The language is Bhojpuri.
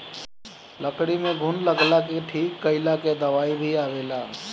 लकड़ी में घुन लगला के ठीक कइला के दवाई भी आवेला